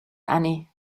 annie